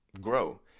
grow